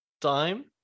time